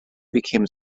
became